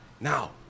Now